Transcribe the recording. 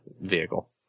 vehicle